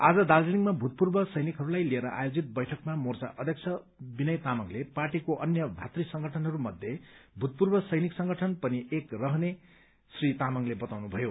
आज दार्जीलिङमा भूतपूर्व सैनिकहरूलाई लिएर आयोजित बैठकमा मोर्चा अध्यक्ष विनय तामाङले पार्टीका अन्य भातृ संगठनहरू मध्ये भूतपूर्व सैनिक संगठन पनि एक रहने श्री तामाङले बताउनु भयो